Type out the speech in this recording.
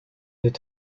wird